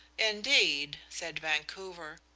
indeed! said vancouver.